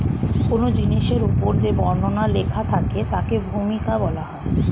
কোন জিনিসের উপর যে বর্ণনা লেখা থাকে তাকে ভূমিকা বলা হয়